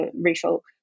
racial